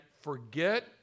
forget